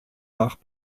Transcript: nach